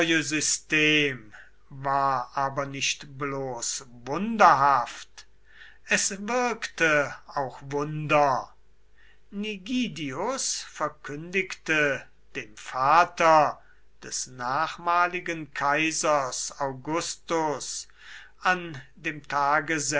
system war aber nicht bloß wunderhaft es wirkte auch wunder nigidius verkündigte dem vater des nachmaligen kaisers augustus an dem tage